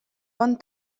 bon